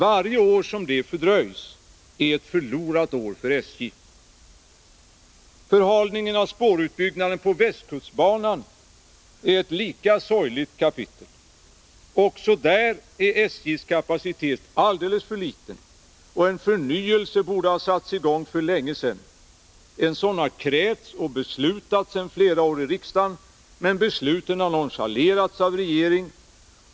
Varje år som det fördröjs är ett förlorat år för SJ. Förhalningen av spårutbyggnaden på västkustbanan är ett lika sorgligt kapitel. Också där är SJ:s kapacitet alldeles för liten, och en förnyelse borde ha satts i gång för länge sedan. En sådan har krävts och beslutats sedan flera åririksdagen, men besluten har nonchalerats av regeringen.